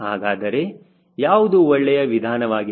ಹಾಗಾದರೆ ಯಾವುದು ಒಳ್ಳೆಯ ವಿಧಾನವಾಗಿದೆ